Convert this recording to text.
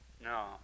No